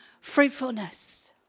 fruitfulness